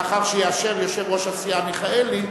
לאחר שיאשר ליושב-ראש הסיעה מיכאלי,